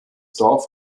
dorf